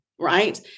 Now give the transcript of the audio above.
right